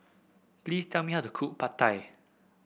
please tell me how to cook Pad Thai